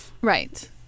Right